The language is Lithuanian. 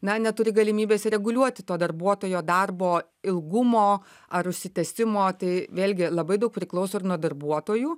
na neturi galimybės ir reguliuoti to darbuotojo darbo ilgumo ar užsitęsimo tai vėlgi labai daug priklauso ir nuo darbuotojų